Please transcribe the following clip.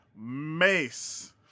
Mace